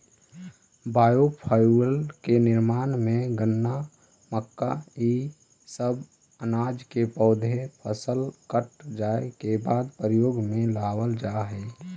biofuel के निर्माण में गन्ना, मक्का इ सब अनाज के पौधा फसल कट जाए के बाद प्रयोग में लावल जा हई